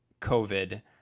COVID